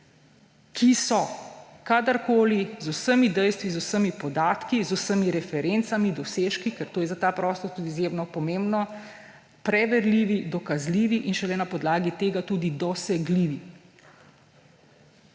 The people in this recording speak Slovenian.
ki so kadarkoli z vsemi dejstvi, z vsemi podatki, z vsemi referencami, dosežki, ker to je za ta prostor tudi izjemno pomembno, preverljivi, dokazljivi in šele na podlagi tega tudi dosegljivi.